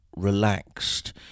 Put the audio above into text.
relaxed